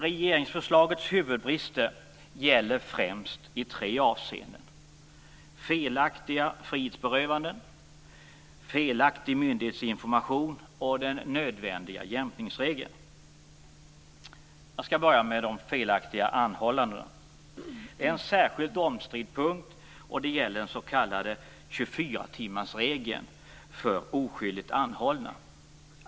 Regeringsförslagets huvudbrister gäller främst i tre avseenden: felaktiga frihetsberövanden, felaktig myndighetsinformation och den nödvändiga jämkningsregeln. Jag skall börja med de felaktiga anhållandena. Det är en särskilt omstridd punkt, och det gäller den s.k. 24-timmarsregeln för oskyldigt anhållna.